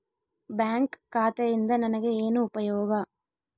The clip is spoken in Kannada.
ಬ್ಯಾಂಕ್ ಖಾತೆಯಿಂದ ನನಗೆ ಏನು ಉಪಯೋಗ?